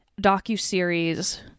docuseries